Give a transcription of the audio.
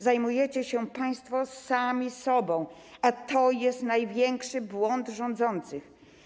Zajmujecie się państwo sami sobą, a to jest największy błąd rządzących.